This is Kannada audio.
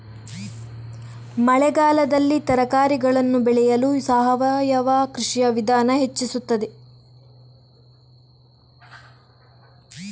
ಮಳೆಗಾಲದಲ್ಲಿ ತರಕಾರಿಗಳನ್ನು ಬೆಳೆಯಲು ಸಾವಯವ ಕೃಷಿಯ ವಿಧಾನ ಹೆಚ್ಚಿಸುತ್ತದೆ?